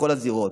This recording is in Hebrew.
בכל הזירות.